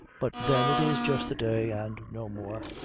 but then it is just a day and no more.